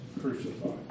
crucified